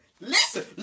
Listen